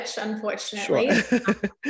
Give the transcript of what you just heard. unfortunately